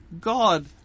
God